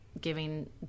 giving